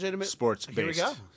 sports-based